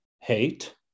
hate